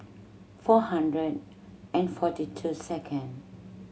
four hundred and forty two second